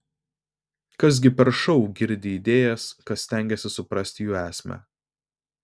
kas gi per šou girdi idėjas kas stengiasi suprasti jų esmę